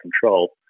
control